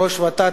ראש ות"ת,